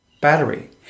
battery